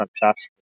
fantastic